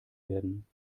werden